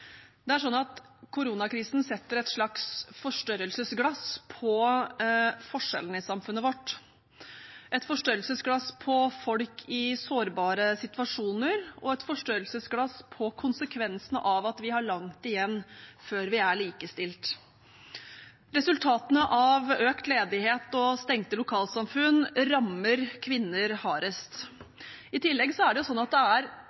Det er slik at koronakrisen setter et slags forstørrelsesglass på forskjellene i samfunnet vårt, et forstørrelsesglass på folk i sårbare situasjoner og et forstørrelsesglass på konsekvensene av at vi har langt igjen før vi er likestilt. Resultatene av økt ledighet og stengte lokalsamfunn rammer kvinner hardest. I tillegg er det slik at det er